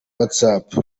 whatsapp